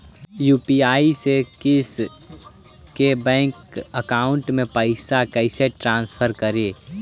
UPI से किसी के बैंक अकाउंट में पैसा कैसे ट्रांसफर करी?